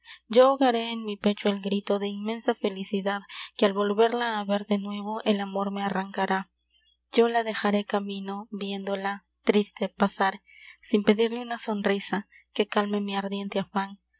yo ahogaré en mi pecho el grito de inmensa felicidad que al volverla á ver de nuevo el amor me arrancará yo la dejaré camino viéndola triste pasar sin pedirle una sonrisa que calme mi ardiente afan